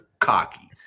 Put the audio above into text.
cocky